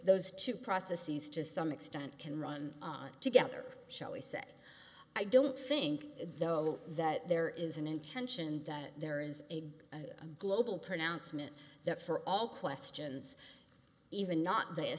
those two processes to some extent can run together shall we say i don't think though that there is an intention that there is a a global pronouncement that for all questions even not the